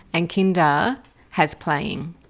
and kinder has playing.